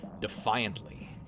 defiantly